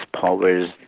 powers